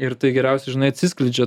ir tai geriausiai žinai atsiskleidžia